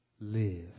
Live